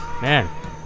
Man